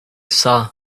saw